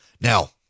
Now